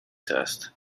test